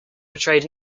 portrayed